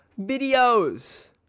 videos